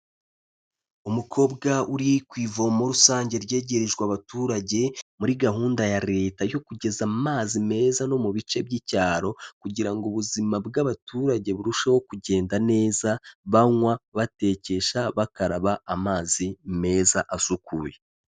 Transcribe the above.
Umukobwa uri ku ivomo rusange ryegerejwe abaturage, muri gahunda ya Leta yo kugeza amazi meza no mu bice by'icyaro kugira ngo ubuzima bw'abaturage burusheho kugenda neza, banywa, batekesha, bakaraba amazi meza asukuye.